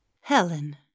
Helen